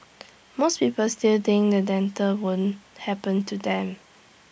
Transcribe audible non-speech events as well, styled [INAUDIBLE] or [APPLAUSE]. most people still think the [UNINTELLIGIBLE] won't happen to them